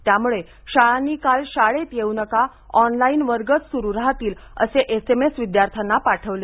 त्यामुळे शाळांनी काल शाळेत येऊ नका ऑनलाईन वर्गच सुरू राहतील असे एसएमएस विद्यार्थ्यांना पाठवले